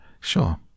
Sure